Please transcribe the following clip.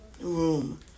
room